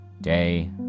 Day